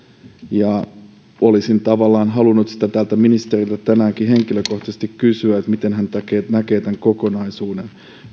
olisin tavallaan halunnut sitä täällä ministeriltä tänäänkin henkilökohtaisesti kysyä miten hän näkee tämän kokonaisuuden